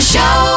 Show